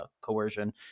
coercion